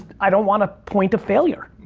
i don't want a point to failure.